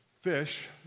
Fish